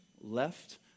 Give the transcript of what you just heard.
Left